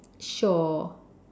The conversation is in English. sure